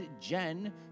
Jen